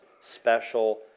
special